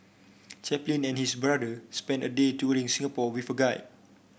Chaplin and his brother spent a day touring Singapore with a guide